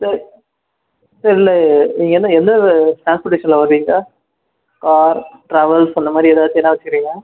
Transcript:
sir sir இல்லை என்ன எந்த ட்ரான்ஸ்போர்ட்டேஷனில் வரிங்க கார் ட்ராவெல்ஸ் அந்த மாதிரி ஏதாச்சும் எதாக வச்சுருக்கிங்ளா